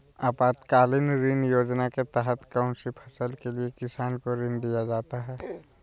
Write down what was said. आपातकालीन ऋण योजना के तहत कौन सी फसल के लिए किसान को ऋण दीया जाता है?